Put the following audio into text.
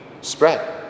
spread